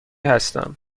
هستم